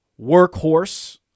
workhorse